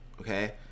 okay